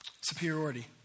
Superiority